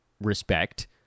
respect